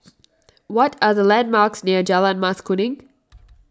what are the landmarks near Jalan Mas Kuning